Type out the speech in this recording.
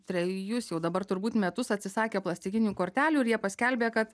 trejus jau dabar turbūt metus atsisakė plastikinių kortelių ir jie paskelbė kad